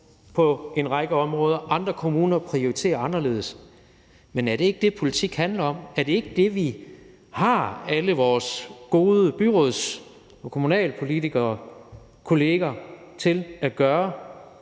på en række områder, andre kommuner prioriterer anderledes, men er det ikke det, politik handler om? Er det ikke det, vi har alle vores gode kommunalpolitikerkolleger til at gøre,